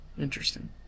Interesting